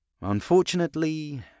unfortunately